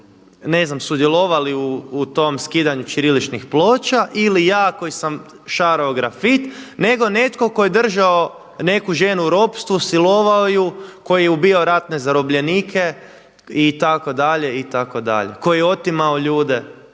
ne znam sudjelovali u tom skidanju ćiriličnih ploča ili ja koji sam šarao grafit nego netko tko je držao neku ženu u ropstvu, silovao ju koji je ubijao ratne zarobljenike itd., itd. koji je otimao ljude,